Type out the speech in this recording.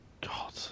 God